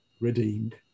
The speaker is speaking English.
redeemed